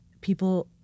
People